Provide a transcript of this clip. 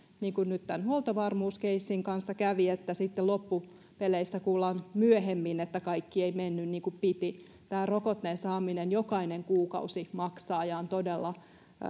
niin kuin nyt tämän huoltovarmuuskeissin kanssa kävi että sitten loppupeleissä kuullaan myöhemmin että kaikki ei mennyt niin kuin piti tämän rokotteen saamisessa jokainen kuukausi maksaa ja on todella